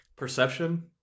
Perception